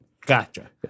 Gotcha